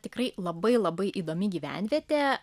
tikrai labai labai įdomi gyvenvietė